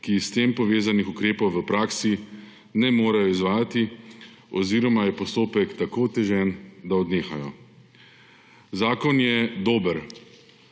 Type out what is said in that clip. ki s tem povezanih ukrepov v praksi ne morejo izvajati oziroma je postopek tako otežen, da odnehajo. Zakon je dober,